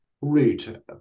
route